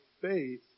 faith